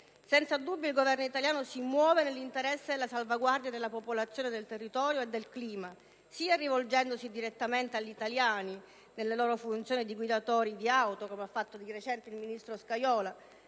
Senza dubbio il Governo italiano si muove nell'interesse della salvaguardia della popolazione, del territorio e del clima, sia rivolgendosi direttamente agli italiani nella loro funzione di guidatori di auto (come ha fatto di recente il ministro Scajola),